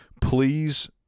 please